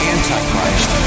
Antichrist